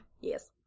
Yes